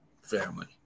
family